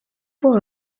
pour